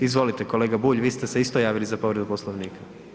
Izvolite kolega Bulj, vi ste se isto javili za povredu Poslovnika.